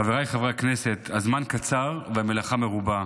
חבריי חברי הכנסת, הזמן קצר והמלאכה מרובה,